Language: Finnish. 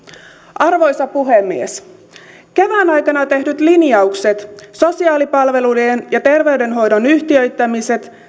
arvoisa puhemies kevään aikana tehdyt linjaukset sosiaalipalvelujen ja terveydenhoidon yhtiöittämiset